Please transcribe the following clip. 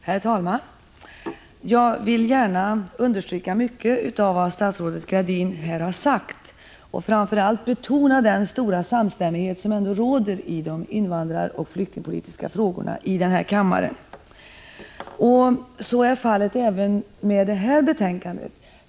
Herr talman! Jag vill gärna understryka mycket av vad statsrådet Gradin här har sagt och framför allt betona den stora samstämmighet som ändå råder här i riksdagen i de invandraroch flyktingpolitiska frågorna. Så är fallet även i det här betänkandet.